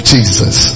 Jesus